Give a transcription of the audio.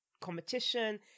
competition